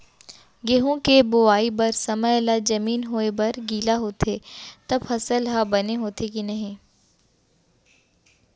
गेहूँ के बोआई बर समय ला जमीन होये बर गिला होथे त फसल ह बने होथे की नही?